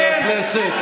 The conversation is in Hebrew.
חברי הכנסת,